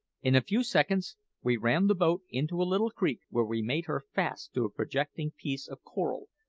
in a few seconds we ran the boat into a little creek, where we made her fast to a projecting piece of coral,